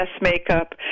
makeup